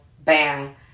Bam